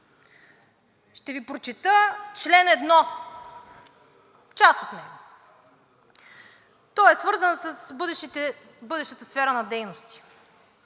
ще Ви прочета чл. 1 – част от него. Той е свързан с бъдещите сфери на дейности.